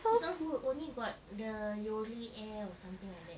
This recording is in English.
it's all full only got the yoli air or something like that ah